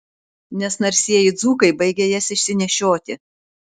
nes narsieji dzūkai baigia jas išsinešioti